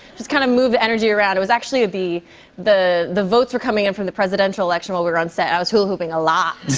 just kind of move the energy around. it was actually the the votes were coming in from the presidential election while we were on set. i was hula hooping a lot.